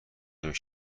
نمی